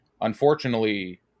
unfortunately